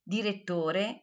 Direttore